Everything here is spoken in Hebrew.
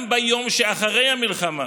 גם ביום שאחרי המלחמה